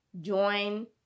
join